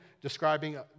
describing